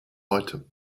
heute